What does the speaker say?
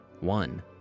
one